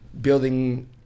building